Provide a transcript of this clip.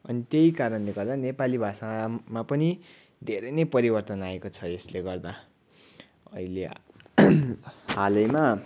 अनि त्यही कारणले गर्दा नेपाली भाषामा पनि धेरै नै परिवर्तन आएको छ यसले गर्दा अहिले हालैमा